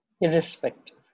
irrespective